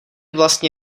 vlastně